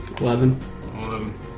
Eleven